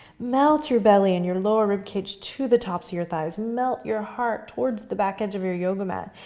melt your belly and your lower ribcage to the tops of your thighs. melt your heart towards the back edge of your yoga mat.